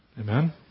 Amen